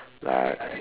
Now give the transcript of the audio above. like